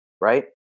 right